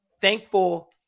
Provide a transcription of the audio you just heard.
Thankful